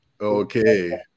okay